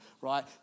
right